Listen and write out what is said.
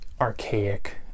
archaic